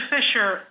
Fisher